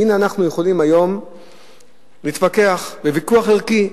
והנה, אנחנו יכולים היום להתווכח בוויכוח ערכי.